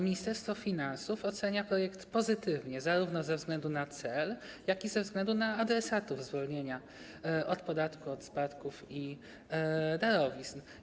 Ministerstwo Finansów ocenia projekt pozytywnie zarówno ze względu na cel, jak i ze względu na adresatów zwolnienia od podatku od spadków i darowizn.